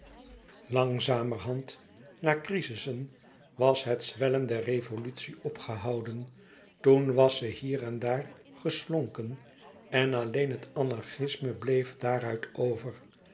langzamerhand na crizissen was het zwellen der revolutie opgehouden toen was ze hier en daar geslonken en alleen het anarchisme bleef daaruit over